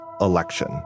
election